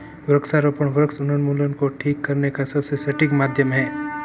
वृक्षारोपण वृक्ष उन्मूलन को ठीक करने का सबसे सटीक माध्यम है